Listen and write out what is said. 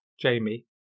Jamie